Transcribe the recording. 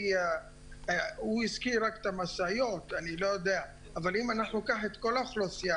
הוא הזכיר רק את המשאיות אם ניקח את כל האוכלוסייה